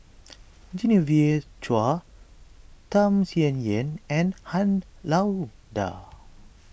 Genevieve Chua Tham Sien Yen and Han Lao Da